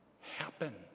happen